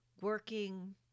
working